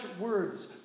words